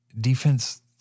defense